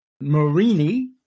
Marini